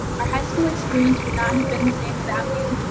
our high school experience would not have been the same without you,